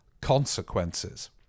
consequences